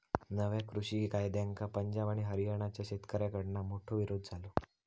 नव्या कृषि कायद्यांका पंजाब आणि हरयाणाच्या शेतकऱ्याकडना मोठो विरोध झालो